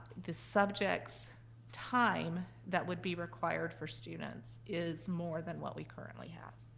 the subjects' time that would be required for students is more than what we currently have.